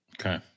Okay